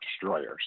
destroyers